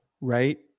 right